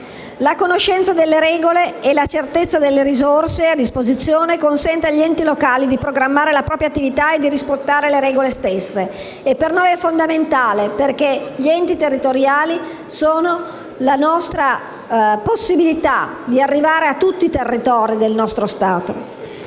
La conoscenza delle regole e la certezza delle risorse a disposizione consente agli enti locali di programmare la propria attività e di rispettare le regole stesse. E per noi è fondamentale, perché gli enti locali sono la nostra possibilità di arrivare a tutti i territori del nostro Stato.